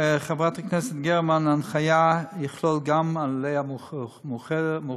חברת הכנסת גרמן, ההנחיה תכלול גם לידה מאוחרת.